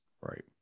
Right